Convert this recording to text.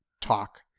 talk